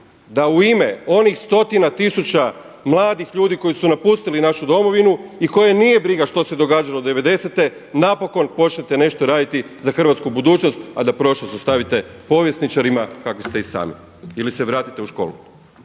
da u ime onih stotina tisuća mladih ljudi koji su napustili našu Domovinu i koje nije briga što se događalo devedesete napokon počnete nešto raditi za hrvatsku budućnost, a da prošlost ostavite povjesničarima kakvi ste i sami ili se vratite u školu.